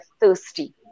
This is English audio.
thirsty